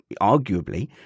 arguably